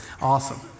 awesome